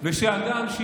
זה לא דוגמה לזכות החפות?